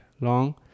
long